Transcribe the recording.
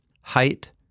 Height